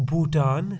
Bhutan